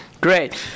Great